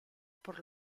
por